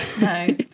no